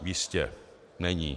Jistě, není.